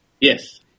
yes